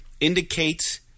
indicates